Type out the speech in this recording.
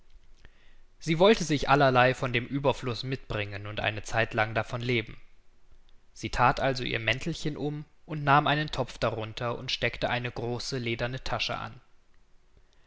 sie wollte sich allerlei von dem ueberfluß mitbringen und eine zeitlang davon leben sie that also ihr mäntelchen um und nahm einen topf darunter und steckte eine große lederne tasche an